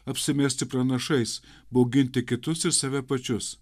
apsimesti pranašais bauginti kitus ir save pačius